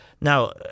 Now